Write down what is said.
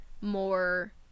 more